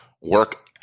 work